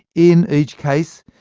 in each case,